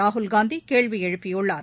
ராகுல்காந்தி கேள்வி எழுப்பியுள்ளார்